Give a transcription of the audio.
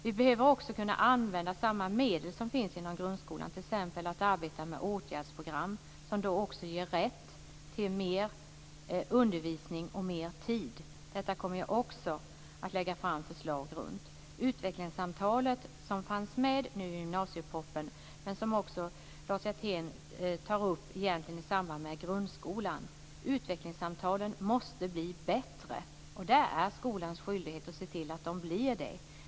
Vi behöver också kunna använda samma medel som finns inom grundskolan, t.ex. arbeta med åtgärdsprogram, som också ger rätt till mer undervisning och mer tid. Detta kommer jag också att lägga fram förslag om. Utvecklingssamtalet fanns med i gymnasiepropositionen, men Lars Hjertén tar upp det också i samband med grundskolan. Utvecklingssamtalet måste bli bättre, och det är skolans skyldighet att se till att det blir bättre.